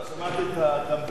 שמעתי את הקמפיין שלך,